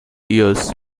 years